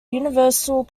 universal